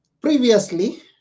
Previously